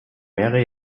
mehrere